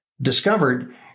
discovered